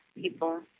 people